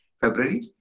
February